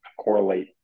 correlate